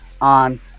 on